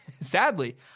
Sadly